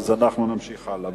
יהיו, אנחנו נמשיך הלאה.